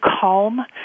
calm